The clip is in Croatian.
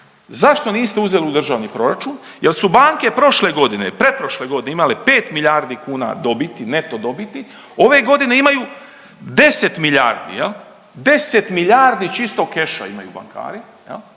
zašto niste uzeli u državni proračun jel su banke prošle godine, pretprošle godine imale pet miljardi kuna dobiti, neto dobiti, ove godine imaju 10 miljardi jel, 10 miljardi čistog keša imaju bankari